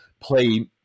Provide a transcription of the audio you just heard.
play